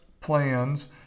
plans